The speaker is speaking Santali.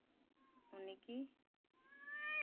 ᱩᱱᱤ ᱜᱮ